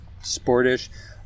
sportish